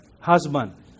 husband